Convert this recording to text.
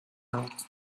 out